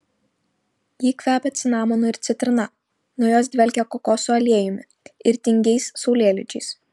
ji kvepia cinamonu ir citrina nuo jos dvelkia kokosų aliejumi ir tingiais saulėlydžiais